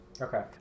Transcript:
Okay